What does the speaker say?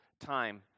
time